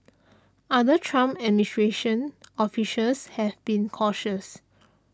other Trump administration officials have been cautious